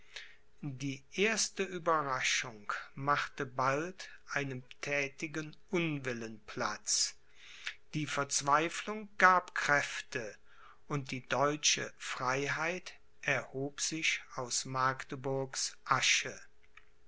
die erste ueberraschung machte bald einem thätigen unwillen platz die verzweiflung gab kräfte und die deutsche freiheit erhob sich aus magdeburgs asche